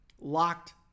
LOCKED